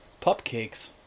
Pupcakes